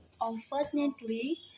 Unfortunately